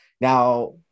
Now